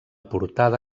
portada